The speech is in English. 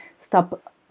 stop